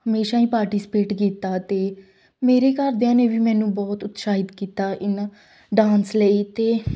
ਹਮੇਸ਼ਾਂ ਹੀ ਪਾਰਟੀਸਪੇਟ ਕੀਤਾ ਅਤੇ ਮੇਰੇ ਘਰਦਿਆਂ ਨੇ ਵੀ ਮੈਨੂੰ ਬਹੁਤ ਉਤਸ਼ਾਹਿਤ ਕੀਤਾ ਇਹਨਾਂ ਡਾਂਸ ਲਈ ਅਤੇ